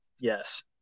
Yes